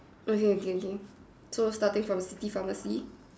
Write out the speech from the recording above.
okay okay okay so starting from city pharmacy